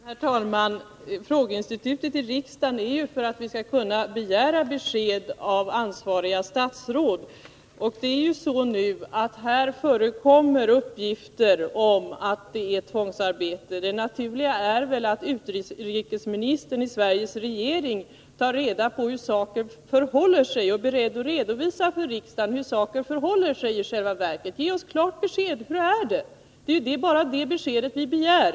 Herr talman! Frågeinstitutet i riksdagen är till för att vi skall kunna begära besked av ansvariga statsråd. Här föreligger ju uppgifter om att det förekommer tvångsarbete. Det naturliga är väl att utrikesministern i Sveriges regering tar reda på hur saken förhåller sig i själva verket och är beredd att redovisa detta för riksdagen. Ge oss klart besked: Hur är det? Det är ju bara det beskedet vi begär.